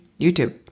YouTube